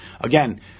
Again